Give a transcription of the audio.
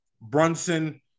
Brunson